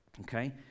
Okay